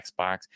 Xbox